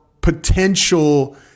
potential